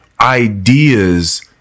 ideas